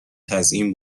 تزیین